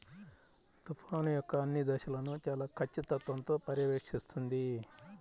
తుఫాను యొక్క అన్ని దశలను చాలా ఖచ్చితత్వంతో పర్యవేక్షిస్తుంది